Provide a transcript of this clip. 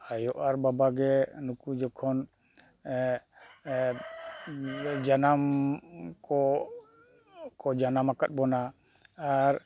ᱟᱭᱳ ᱟᱨ ᱵᱟᱵᱟ ᱜᱮ ᱱᱩᱠᱩ ᱡᱚᱠᱷᱚᱱ ᱡᱟᱱᱟᱢ ᱠᱚ ᱡᱟᱱᱟᱢ ᱠᱚ ᱡᱟᱱᱟᱢ ᱟᱠᱟᱫ ᱵᱚᱱᱟ ᱟᱨ